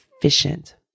efficient